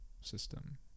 system